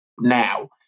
Now